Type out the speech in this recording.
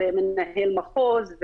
מנהל מחוז,